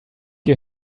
you